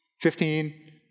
Fifteen